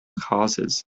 causes